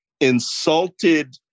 insulted